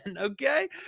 Okay